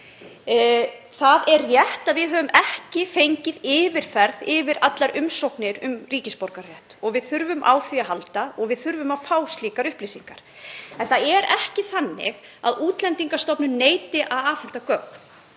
Það er rétt að við höfum ekki fengið yfirferð yfir allar umsóknir um ríkisborgararétt og við þurfum á því að halda og við þurfum að fá slíkar upplýsingar. En það er ekki þannig að Útlendingastofnun neiti að afhenda gögn.